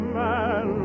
man